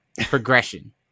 progression